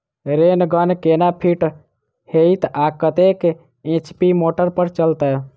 Rain gun केना fit हेतइ आ कतेक एच.पी मोटर पर चलतै?